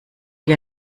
wie